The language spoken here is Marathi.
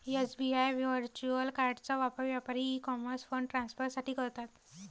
एस.बी.आय व्हर्च्युअल कार्डचा वापर व्यापारी ई कॉमर्स फंड ट्रान्सफर साठी करतात